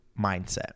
mindset